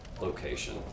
location